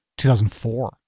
2004